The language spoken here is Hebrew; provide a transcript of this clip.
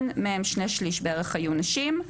מהם שני שליש בערך היו נשים,